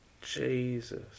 Jesus